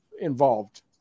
involved